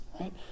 Right